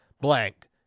blank